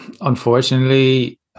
unfortunately